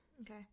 okay